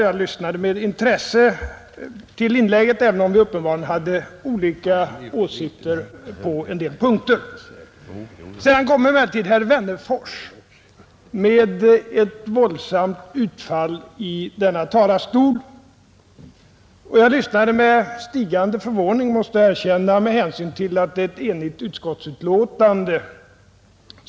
Jag lyssnade med intresse på hans inlägg, även om vi uppenbarligen har olika åsikter på en del punkter. Sedan kom emellertid herr Wennerfors med ett våldsamt utfall från denna talarstol, och jag lyssnade med stigande förvåning, måste jag erkänna, med hänsyn till att det föreligger ett enigt utskottsutlåtande.